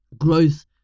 growth